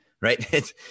Right